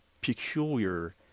peculiar